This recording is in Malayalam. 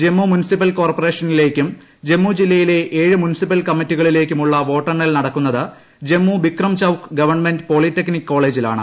ജമ്മു മുൻസിപ്പൽ കോർപ്പറേഷനിലേക്കും ജമ്മു ജില്ലയിലെ ഏഴ് മുൻസിപ്പൽ കമ്മിറ്റികളിലേക്കുമുള്ള വോട്ടെണ്ണൽ നടക്കുന്നത് ജമ്മു ബിക്രട്ട ചൌക്ക് ഗവൺമെന്റ് പോളിടെക്നിക്ക് കോളേജിലാണ്